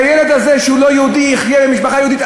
שהילד הזה, שהוא לא יהודי, יחיה במשפחה יהודית.